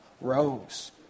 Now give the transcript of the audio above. rose